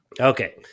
Okay